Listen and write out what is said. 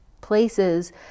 places